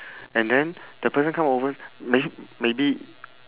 and then the person come over may~ maybe